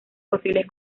posibles